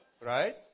Right